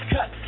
Cut